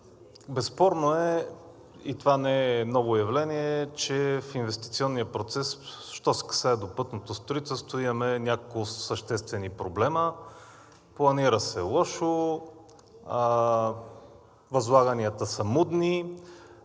Безспорно е, и това не е ново явление, че в инвестиционния процес, що се касае до пътното строителство, имаме няколко съществени проблема – планира се лошо, възлаганията са мудни,